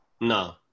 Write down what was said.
No